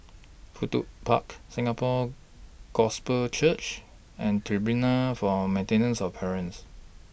Fudu Park Singapore Gospel Church and Tribunal For Maintenance of Parents